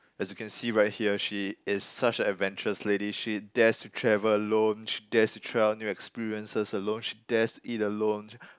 as you can see right here she is such a adventurous lady she dares to travel alone she dares to try out new experiences alone she dares to eat alone